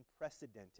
unprecedented